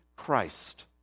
Christ